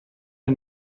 del